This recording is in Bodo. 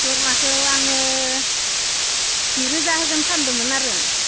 दरमाखौ आङो जि रोजा होगोन सानदोंमोन आरो